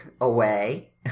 away